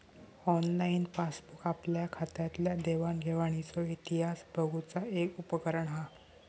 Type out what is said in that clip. online passbook आपल्या खात्यातल्या देवाण घेवाणीचो इतिहास बघुचा एक उपकरण हा